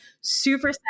super